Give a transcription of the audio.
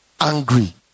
angry